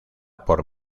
por